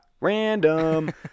random